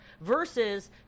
versus